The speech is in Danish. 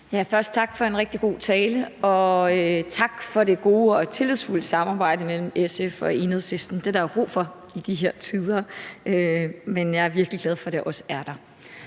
Først tak for en rigtig god tale, og tak for det gode og tillidsfulde samarbejde mellem SF og Enhedslisten. Det er der jo brug for i de her tider, men jeg er også virkelig glad for, at det er der.